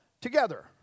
together